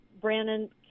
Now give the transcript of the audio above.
Brandon